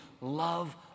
love